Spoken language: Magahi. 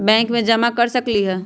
बैंक में भी जमा कर सकलीहल?